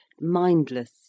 mindless